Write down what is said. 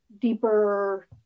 deeper